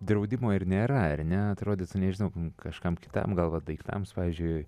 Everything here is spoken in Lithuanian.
draudimo ir nėra ar ne atrodytų nežinau kažkam kitam gal va daiktams pavyzdžiui